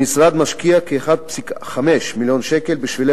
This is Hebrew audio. המשרד משקיע כ-1.5 מיליון שקל בשבילי